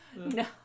No